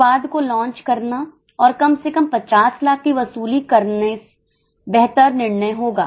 उत्पाद को लॉन्च करना और कम से कम 50 लाख की वसूली करने बेहतर निर्णय होगा